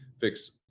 fix